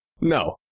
No